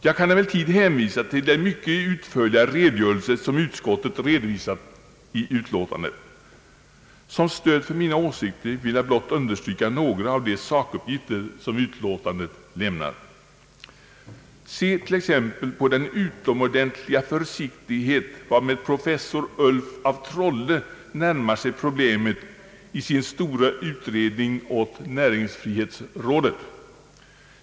Jag kan emellertid hänvisa till den utförliga redogörelse som utskottet framlagt i utlåtandet. Som stöd för mina åsikter vill jag blott understryka några av de sakuppgifter som lämnas i utlåtandet. Se t.ex. på den utomordeniliga försiktighet varmed professor Ulf af Trolle närmar sig problemet i sin stora utredning åt näringsfrihetsrådet!